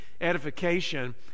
edification